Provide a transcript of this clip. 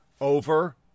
over